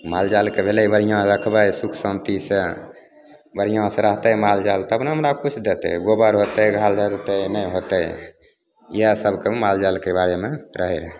मालजालके भेलै बढ़िआँ राखबै सुख शान्तिसे बढ़िआँसे रहतै मालजाल तब ने हमरा किछु देतै गोबर होतै घासघुस होतै नहि होतै इएह सबके मालजालके बारेमे रहै हइ